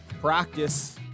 practice